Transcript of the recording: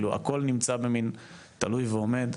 הכל נמצא תלוי ועומד.